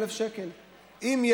על המים שלו.